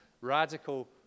radical